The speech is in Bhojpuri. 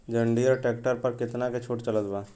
जंडियर ट्रैक्टर पर कितना के छूट चलत बा?